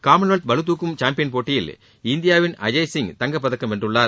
Commonwealth பளுதுக்கும் champion போட்டியில் இந்தியாவின் அஜய் சிங் தங்கப்பதக்கம் வென்றுள்ளார்